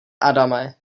adame